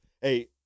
hey